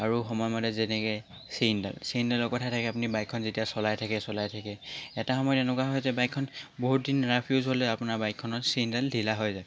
আৰু সময়মতে যেনেকৈ চেইনডাল চেইনডালৰ কথা থাকে আপুনি যেতিয়া বাইকখন চলাই থাকে চলাই থাকে এটা সময়ত এনেকুৱা হয় যে বাইকখন বহুত দিন ৰাফ ইউজ হ'লে আপোনাৰ বাইকখনৰ চেইনডাল ঢিলা হৈ যায়